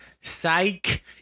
Psych